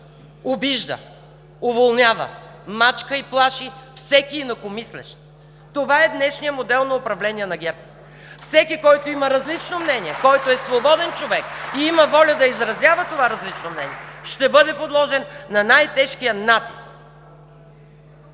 обижда, уволнява, мачка и плаши всеки инакомислещ. Това е днешният модел на управление на ГЕРБ. (Ръкопляскания от „БСП за България“.) Всеки, който има различно мнение, който е свободен човек и има воля да изразява това различно мнение, ще бъде подложен на най-тежкия натиск.